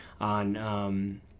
on